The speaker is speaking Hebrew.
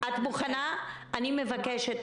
אני מבקשת,